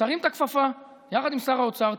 תרים את הכפפה יחד עם שר האוצר,